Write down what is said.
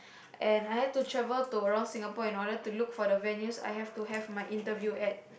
and I had to travel to around Singapore in order to look for the venues I have to have my interview at